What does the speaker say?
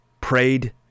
prayed